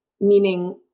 meaning